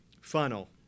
funnel